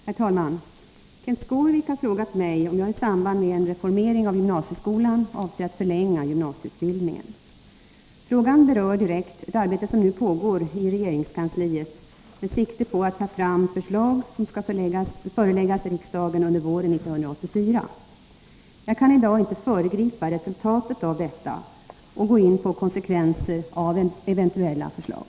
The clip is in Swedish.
Herr talman! Kenth Skårvik har frågat mig om jag i samband med en reformering av gymnasieskolan avser att förlänga gymnasieutbildningen. Frågan berör direkt ett arbete som nu pågår i regeringskansliet med sikte på att ta fram förslag som skall föreläggas riksdagen under våren 1984. Jag kan i dag inte föregripa resultatet av detta arbete och gå in på konsekvenser av eventuella förslag.